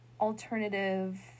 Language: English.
alternative